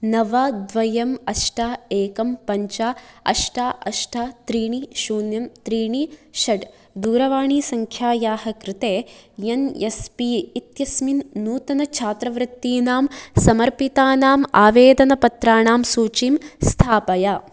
नव द्वयं अष्ट एकं पञ्च अष्ट अष्ट त्रीणि शून्यं त्रीणि षड् दूरवाणीसङ्ख्यायाः कृते एन् एस् पी इत्यस्मिन् नूतनछात्रवृत्तीनां समर्पितानाम् आवेदनपत्राणां सूचीं स्थापय